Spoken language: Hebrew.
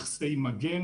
מכסי מגן.